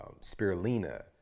spirulina